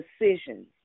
decisions